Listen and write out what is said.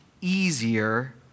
easier